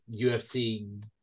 UFC